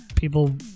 People